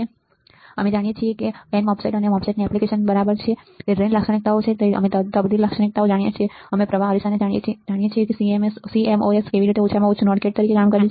MOSFET અમે જાણીએ છીએ અને n MOSFET અમે MOSFET ની એપ્લિકેશનને બરાબર જાણીએ છીએ તે ડ્રેઇન લાક્ષણિકતાઓ છે અમે તબદીલ લાક્ષણિકતાઓ જાણીએ છીએ અમે પ્રવાહ અરીસાને જાણીએ છીએ અમે જાણીએ છીએ કે CMOS કેવી રીતે ઓછામાં ઓછું નૉટ ગેટ તરીકે કામ કરે છે